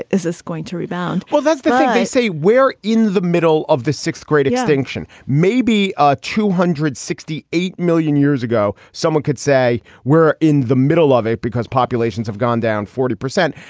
is this going to rebound? well, that's the thing they say we're in the middle of the sixth grade extinction, maybe ah two hundred sixty eight million years ago, someone could say we're in the middle of it because populations have gone down forty percent.